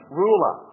ruler